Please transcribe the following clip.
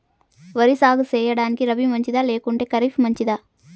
వరి సాగు సేయడానికి రబి మంచిదా లేకుంటే ఖరీఫ్ మంచిదా